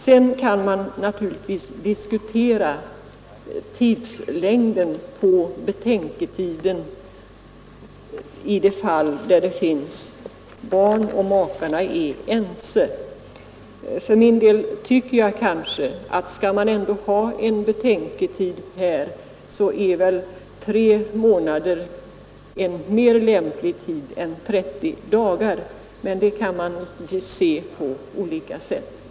Man kan naturligtvis diskutera tidslängden på betänketiden i de fall där det finns barn och makarna är ense. För min del tycker jag kanske att om man ändå har en betänketid är tre månader en mer lämplig tid än 30 dagar, men det kan man ju se på olika sätt.